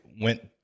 went